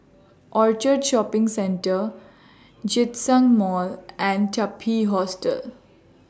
Orchard Shopping Centre Djitsun Mall and Taipei Hotel